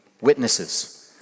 witnesses